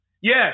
yes